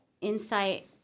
insight